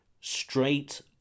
straight